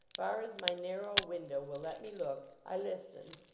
far as my narrow window will let me look, i listen,